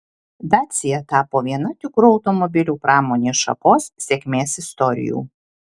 dacia tapo viena tikrų automobilių pramonės šakos sėkmės istorijų